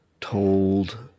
told